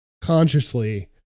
consciously